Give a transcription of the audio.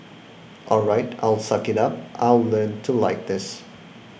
all right I'll suck it up I'll learn to like this